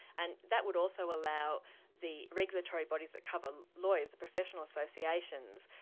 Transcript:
and that would also allow the regulatory bodies that cover lawyers, the professional associations,